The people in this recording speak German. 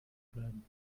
bleiben